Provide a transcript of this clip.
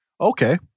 Okay